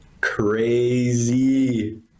Crazy